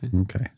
Okay